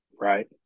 right